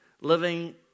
living